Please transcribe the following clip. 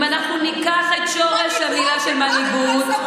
אם אנחנו ניקח את שורש המילה של מנהיגות,